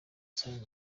salome